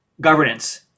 Governance